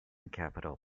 capital